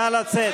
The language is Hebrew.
נא לצאת,